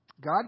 God